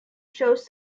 shows